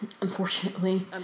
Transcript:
Unfortunately